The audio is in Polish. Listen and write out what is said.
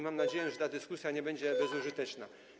Mam nadzieję, że ta dyskusja nie będzie bezużyteczna.